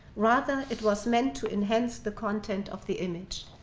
rather, it was meant to enhance the content of the image.